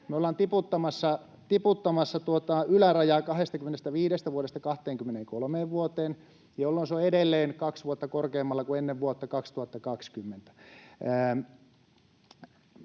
Me ollaan tiputtamassa tuota ylärajaa 25 vuodesta 23 vuoteen, jolloin se on edelleen kaksi vuotta korkeammalla kuin ennen vuotta 2020.